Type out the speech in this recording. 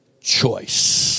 choice